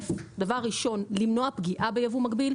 רוצים למנוע פגיעה בייבוא מקביל.